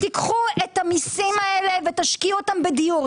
קחו את המיסים הללו ותשקיעו אותם בדיור.